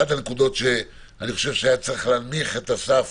אחת הנקודות, אני חושב שהיה צריך להנמיך את הסף